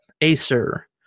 acer